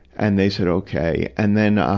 and they said okay. and then,